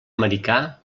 americà